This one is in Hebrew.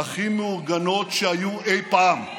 הכי מאורגנות שהיו אי-פעם.